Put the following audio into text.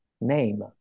name